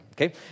Okay